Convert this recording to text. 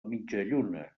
mitjalluna